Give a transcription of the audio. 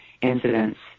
incidents